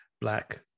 Black